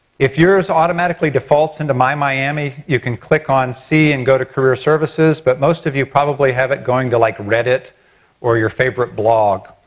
if yours automatically defaults into mymiami you can click on c and go to career services, but most of you probably have it going to like reddit or your favorite blog.